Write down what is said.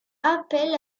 appel